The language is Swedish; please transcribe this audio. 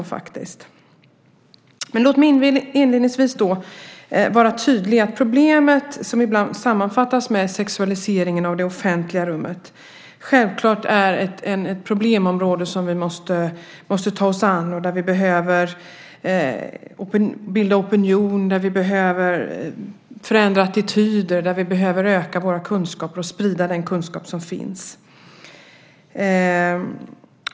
Låt mig inledningsvis vara tydlig med att vi självklart måste ta oss an problemet - som ibland sammanfattas som sexualiseringen av det offentliga rummet - att vi behöver bilda opinion, förändra attityder och öka våra kunskaper och sprida den kunskap som finns.